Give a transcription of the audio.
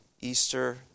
Easter